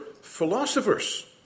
philosophers